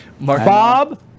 Bob